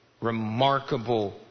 remarkable